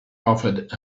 offered